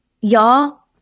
y'all